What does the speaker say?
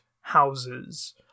houses